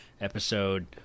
episode